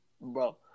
bro